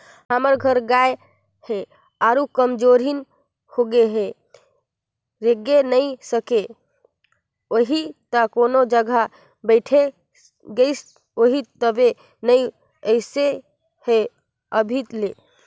हमर घर गाय ह आरुग कमजोरहिन होगें हे रेंगे नइ सकिस होहि त कोनो जघा बइठ गईस होही तबे नइ अइसे हे अभी ले